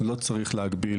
לא צריך להגביל,